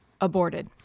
aborted